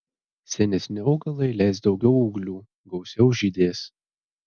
senesni augalai leis daugiau ūglių gausiau žydės